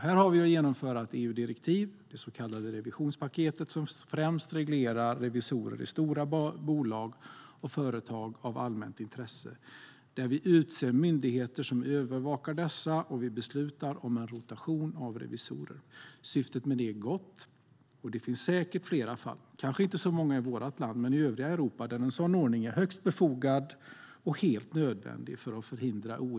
Här har vi att genomföra ett EU-direktiv, det så kallade revisionspaketet, som främst reglerar revisorer i stora bolag och företag av allmänt intresse. Vi utser myndigheter som övervakar dessa och beslutar om en rotation av revisorer. Syftet med detta är gott, och det finns säkert flera fall - kanske inte så många i vårt land, men i övriga Europa - där en sådan ordning är högst befogad och helt nödvändig.